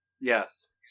Yes